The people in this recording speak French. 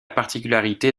particularité